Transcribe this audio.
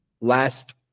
last